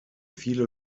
viele